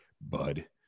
bud